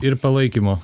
ir palaikymo